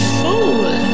fool